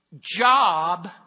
job